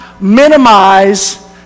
minimize